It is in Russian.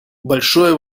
большое